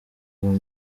ubu